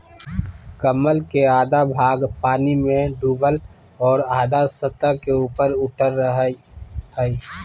कमल के आधा भाग पानी में डूबल और आधा सतह से ऊपर उठल रहइ हइ